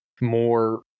more